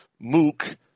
Mook